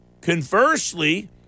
conversely